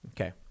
Okay